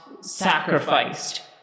sacrificed